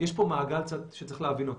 יש פה מעגל שצריך להבין אותו